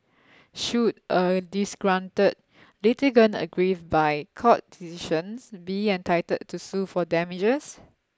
should a disgruntled litigant aggrieved by court decisions be entitled to sue for damages